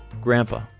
grandpa